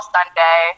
Sunday